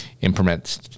Implement